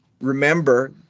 remember